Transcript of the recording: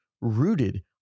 rooted